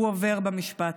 הוא עובר במשפט.